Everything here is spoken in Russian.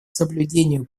соблюдению